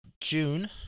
June